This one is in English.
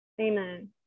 amen